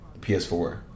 PS4